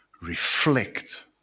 reflect